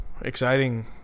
exciting